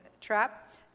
trap